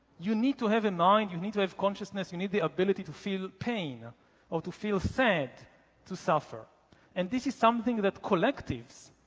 you need to have a mind, you need to have consciousness, you need the ability to feel pain or to feel sad to suffer and this is something that collectives,